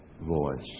voice